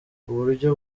uburyo